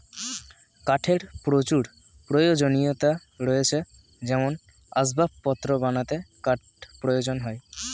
কাঠের প্রচুর প্রয়োজনীয়তা রয়েছে যেমন আসবাবপত্র বানাতে কাঠ প্রয়োজন হয়